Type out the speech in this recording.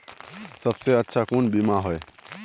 सबसे अच्छा कुन बिमा होय?